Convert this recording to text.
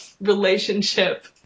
relationship